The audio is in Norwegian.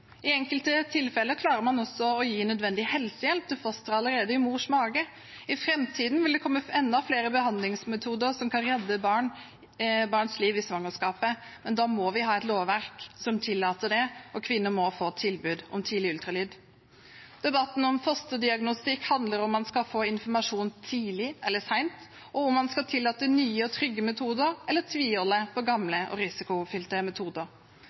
I enkelte tilfeller klarer man også å gi nødvendig helsehjelp til fosteret allerede i mors mage. I framtiden vil det komme enda flere behandlingsmetoder som kan redde barns liv i svangerskapet, men da må vi ha et lovverk som tillater det, og kvinner må få tilbud om tidlig ultralyd. Debatten om fosterdiagnostikk handler om hvorvidt man skal få informasjon tidlig eller sent, og hvorvidt man skal tillate nye og trygge metoder eller tviholde på gamle og risikofylte metoder.